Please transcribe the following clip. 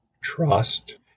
Trust